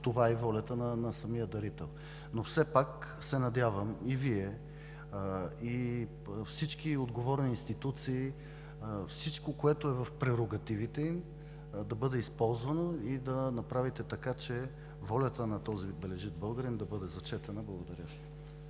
това е и волята на самия дарител. Все пак се надявам и Вие, и всички отговорни институции, всичко, което е в прерогативите им, да бъде използвано и да направите така, че волята на този бележит българин да бъде зачетена. Благодаря